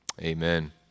Amen